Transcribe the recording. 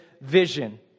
vision